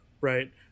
Right